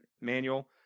manual